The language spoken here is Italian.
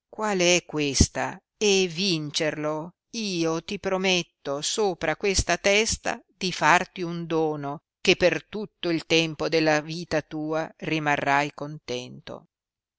qual è questa e vincerlo io ti prometto sopra questa testa di farti un dono che per tutto il tempo della vita tua rimarrai contento